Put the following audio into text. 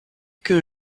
que